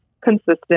consistent